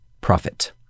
profit